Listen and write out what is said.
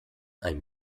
ein